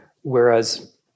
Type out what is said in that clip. Whereas